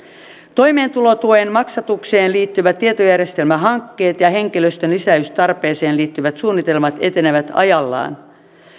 toimeentulotuen maksatukseen liittyvät tietojärjestelmähankkeet ja henkilöstön lisäystarpeeseen liittyvät suunnitelmat etenevät ajallaan